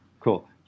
Cool